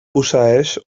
posseeix